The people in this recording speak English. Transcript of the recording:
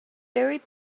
very